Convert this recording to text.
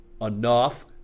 enough